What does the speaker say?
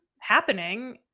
happening